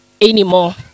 anymore